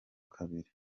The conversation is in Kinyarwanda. kabiri